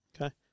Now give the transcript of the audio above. Okay